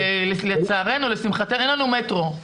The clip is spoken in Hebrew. לצערנו או לשמחתנו אין לנו מטרו.